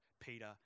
Peter